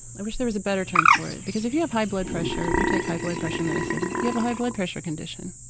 i wish there was a better term for it because if you have high blood pressure, you take high blood pressure medicine. you have a high blood pressure condition.